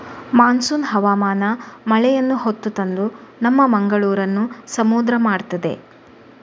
monsoon ಹವಾಮಾನ ಮಳೆಯನ್ನ ಹೊತ್ತು ತಂದು ನಮ್ಮ ಮಂಗಳೂರನ್ನ ಸಮುದ್ರ ಮಾಡ್ತದೆ